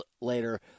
later